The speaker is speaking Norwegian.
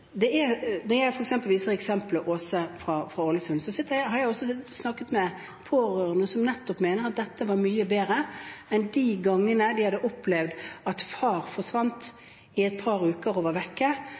det eksemplet jeg nevnte fra Åse i Ålesund. Jeg har også sittet og snakket med pårørende som mener at dette var mye bedre enn de gangene de hadde opplevd at far forsvant